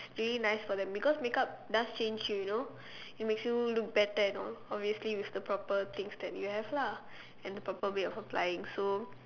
really nice for them because make up does change you you know it makes you look better and all obviously with the proper things that you have lah and the proper way of applying so